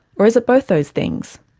or is both those things?